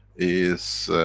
is.